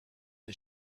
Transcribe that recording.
the